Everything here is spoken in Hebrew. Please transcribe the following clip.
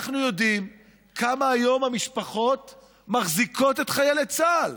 אנחנו יודעים כמה היום המשפחות מחזיקות את חיילי צה"ל,